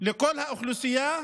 לכל האוכלוסייה,